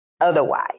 otherwise